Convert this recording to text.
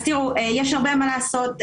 יש הרבה מה לעשות,